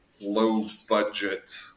low-budget